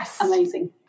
amazing